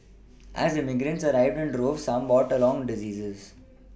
as immigrants arrived in droves some brought along diseases